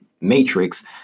matrix